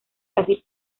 casi